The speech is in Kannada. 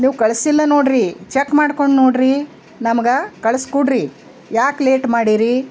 ನೀವು ಕಳಿಸಿಲ್ಲ ನೋಡಿರಿ ಚೆಕ್ ಮಾಡ್ಕೊಂಡು ನೋಡಿರಿ ನಮ್ಗೆ ಕಳ್ಸಿ ಕೊಡ್ರಿ ಯಾಕೆ ಲೇಟ್ ಮಾಡಿರಿ